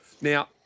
Now